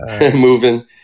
moving